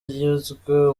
nyuzwe